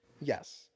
Yes